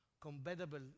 Compatible